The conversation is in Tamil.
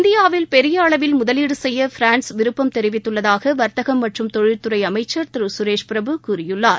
இந்தியாவில் பெரிய அளவில் முதலீடு செய்ய பிரான்ஸ் விருப்பம் தெரிவித்துள்ளதாக வர்த்தகம் மற்றும் தொழில் துறை அமைச்சர் திரு சுரேஷ் பிரபு கூறியுள்ளார்